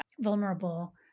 vulnerable